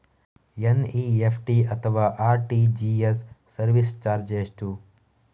NEFT ಅಥವಾ RTGS service charge ಎಷ್ಟು?